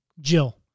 Jill